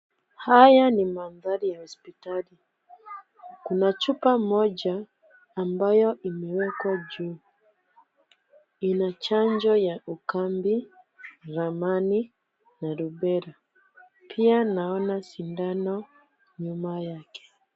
Haya ni mandhari ya hospitali. Kuna chupa moja ambayo imewekwa juu. Ina chanjo ya ukambi, ramani na rubela. Pia naona sindano nyuma yake.